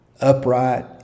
upright